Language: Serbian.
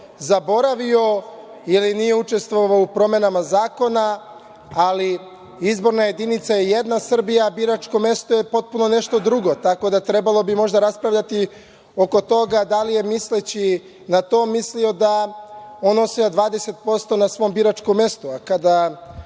zaboravio ili nije učestvovao u promenama zakona, ali izborna jedinica je jedna Srbija, a biračko mesto je potpuno nešto drugo. Tako da, trebalo bi možda raspravljati oko toga da li je misleći na to mislio da on nosi 20% na svom biračkom mestu. Samo da